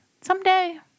Someday